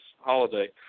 holiday